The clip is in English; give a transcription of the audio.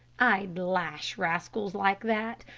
i'd lash rascals like that.